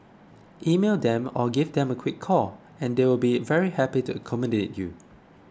email them or give them a quick call and they will be very happy to accommodate you